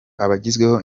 abagizweho